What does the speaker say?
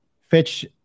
fetch